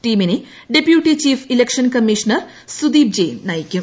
ടീമിനെ deputy chief election commissioner Sudeep Jain നയിക്കും